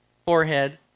Forehead